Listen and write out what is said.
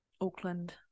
Auckland